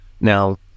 Now